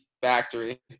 factory